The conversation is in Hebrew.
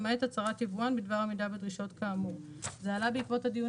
למעט הצהרת יבואן בדבר עמידה בדרישות כאמור." זה עלה בעקבות הדיון